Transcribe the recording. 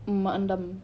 mm mak andam